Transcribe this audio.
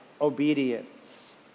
obedience